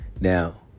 Now